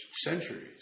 centuries